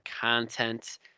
content